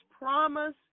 promise